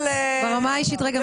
ברמה האישית --- רגע,